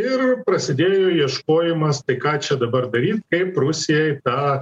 ir prasidėjo ieškojimas tai ką čia dabar daryt kaip rusijai tą